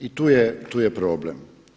I tu je problem.